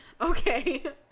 Okay